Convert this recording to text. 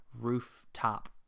rooftop